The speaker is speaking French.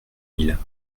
miles